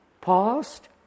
Past